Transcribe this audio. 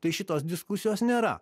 tai šitos diskusijos nėra